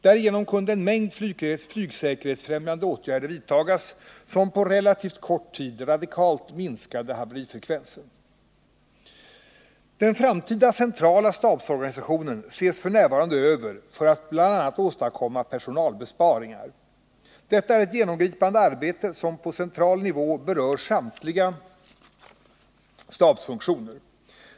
Därigenom kunde en mängd flygsäkerhetsfrämjande åtgärder vidtagas, som på relativt kort tid Den framtida centrala stabsorganisationen ses f.n. över i syfte att bl.a. åstadkomma personalbesparingar. Detta är ett genomgripande arbete som på central nivå berör samtliga stabsfunktioner.